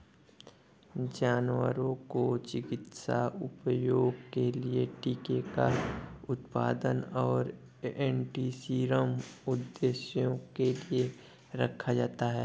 जानवरों को चिकित्सा उपयोग के लिए टीके का उत्पादन और एंटीसीरम उद्देश्यों के लिए रखा जाता है